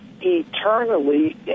eternally